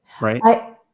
Right